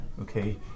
Okay